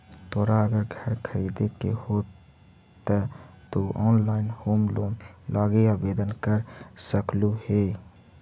तोरा अगर घर खरीदे के हो त तु ऑनलाइन होम लोन लागी आवेदन कर सकलहुं हे